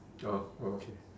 orh oh okay